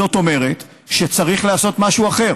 זאת אומרת שצריך לעשות משהו אחר.